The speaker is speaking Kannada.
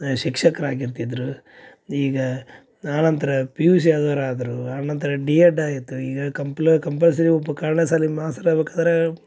ಶಿಕ್ಷಕ್ರು ಆಗಿರ್ತಿದ್ದರು ಈಗ ಆ ನಂತರ ಪಿ ಯು ಸಿ ಆದೋರು ಆದರೂ ಆ ನಂತರ ಡಿ ಎಡ್ ಆಗಿತ್ತು ಈಗ ಕಂಪ್ಲ ಕಂಪಲ್ಸರಿ ಒಬ್ಬ ಕನ್ನಡ ಶಾಲಿ ಮಾಸ್ತ್ರ್ ಆಗ್ಬೇಕಾದರೆ